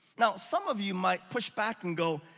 now, some of you might push back and go,